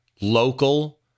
local